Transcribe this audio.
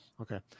okay